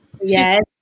Yes